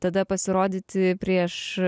tada pasirodyti prieš